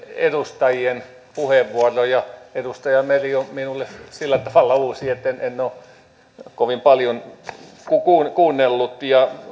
edustajien puheenvuoroja edustaja meri on minulle sillä tavalla uusi että en ole kovin paljon häntä kuunnellut